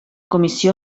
comissió